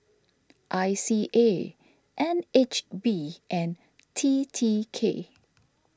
I C A N H B and T T K